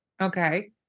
Okay